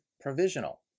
provisional